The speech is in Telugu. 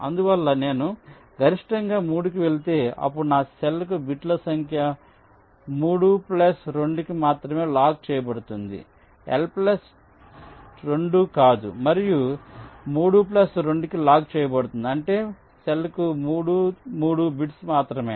అందువల్ల నేను గరిష్టంగా 3 కి వెళితే అప్పుడు నా సెల్కు బిట్ల సంఖ్య 3 ప్లస్ 2 కి మాత్రమే లాక్ చేయబడుతుంది ఎల్ ప్లస్ 2 కాదు మరియు 3 ప్లస్ 2 కి లాక్ చేయబడుతుంది అంటే సెల్కు 3 3 బిట్స్ మాత్రమే